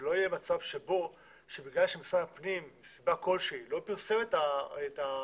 ושלא יהיה מצב שבגלל שמשרד הפנים מסיבה כלשהי לא פרסם את המודעה,